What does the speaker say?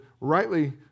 rightly